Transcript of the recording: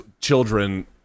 children